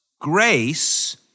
grace